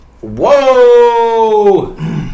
Whoa